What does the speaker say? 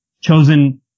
chosen